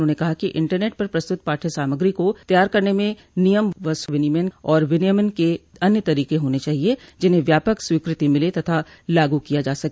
उन्होंने कहा कि इंटरनेट पर प्रस्त्रत पाठ्य सामग्री को तैयार करने में नियम स्व विनियमन और विनियमन क अन्य तरीके होने चाहिए जिन्हें व्यापक स्वीकति मिले तथा लागू किया जा सके